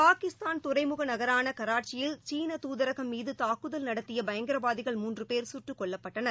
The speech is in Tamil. பாகிஸ்தான் துறைமுகநகரானகராச்சியில் சீள துதரகம் மீதுதாக்குதல் நடத்தியபயங்கரவாதிகள் முன்றபேர் சுட்டுக் கொல்லப்பட்டனர்